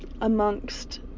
amongst